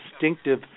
distinctive